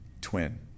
twin